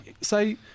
say